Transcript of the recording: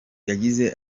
yagize